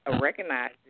recognize